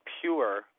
pure